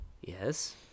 Yes